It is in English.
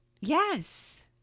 Yes